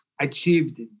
achieved